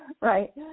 right